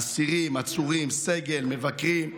אסירים, עצורים, סגל ומבקרים,